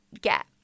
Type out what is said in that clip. get